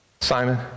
Simon